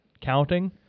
counting